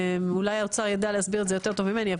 אולי האוצר ידע להסביר את זה יותר טוב ממני,